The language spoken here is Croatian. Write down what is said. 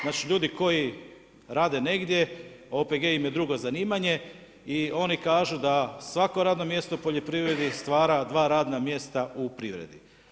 Znači ljudi koji rade negdje OPG im je drugo zanimanje i oni kažu da svako radno mjesto u poljoprivredi stvara dva radna mjesta u privredi.